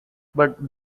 but